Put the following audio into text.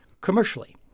commercially